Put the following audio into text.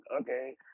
okay